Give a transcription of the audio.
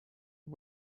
and